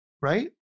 right